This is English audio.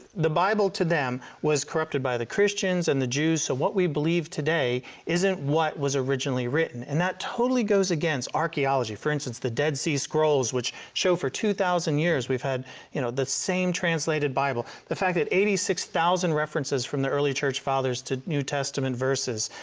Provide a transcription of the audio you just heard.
the bible to them was corrupted by the christians and the jews. so, what we believe today isn't what was originally written. and that totally goes against archaeology. for instance the dead sea scrolls which show for two thousand years we've had you know the same translated bible. the fact that eighty six thousand references from the early church father's to new testament verses.